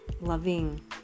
loving